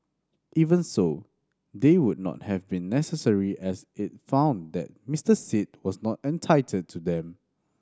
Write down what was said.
even so they would not have been necessary as it found that Mister Sit was not entitled to them